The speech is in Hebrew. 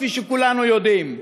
כפי שכולנו יודעים,